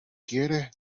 quiere